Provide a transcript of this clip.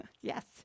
Yes